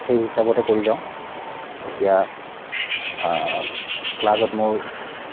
সেই হিচাপতে কৰি যাওঁ এতিয়া ক্লাছত মোৰ